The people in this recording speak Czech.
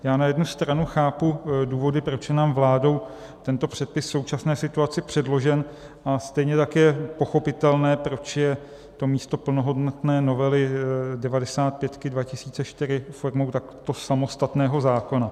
Já na jednu stranu chápu důvody, proč je nám vládou tento předpis v současné situaci předložen, a stejně tak je pochopitelné, proč je to místo plnohodnotné novely 95/2004 formou takto samostatného zákona.